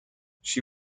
she